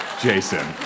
Jason